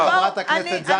לא להפריע לחברת הכנסת זנדברג.